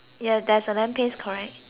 is correct uh ya